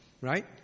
Right